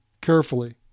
carefully